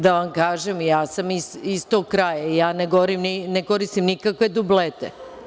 Da vam kažem, i ja sam iz tog kraja, ja ne koristim nikakve dublete.